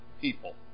people